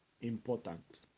important